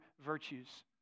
virtues